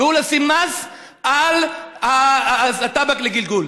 לשים מס על הטבק לגלגול?